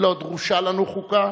לא דרושה לנו חוקה,